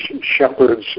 shepherds